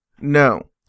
No